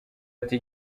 ati